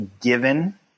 given